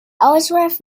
ellsworth